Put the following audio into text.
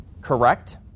correct